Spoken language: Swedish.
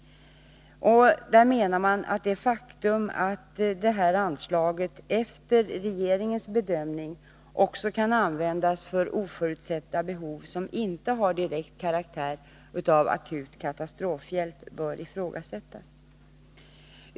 Man menar att det faktum, att detta anslag efter regeringens bedömning också kan användas för oförutsedda behov som inte har direkt karaktär av akut katastrofhjälp, bör ifrågasättas.